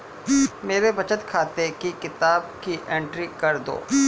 मेरे बचत खाते की किताब की एंट्री कर दो?